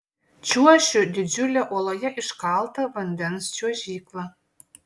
čiuošiu didžiule uoloje iškalta vandens čiuožykla